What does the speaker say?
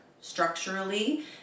structurally